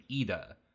Ida